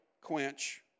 quench